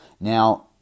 Now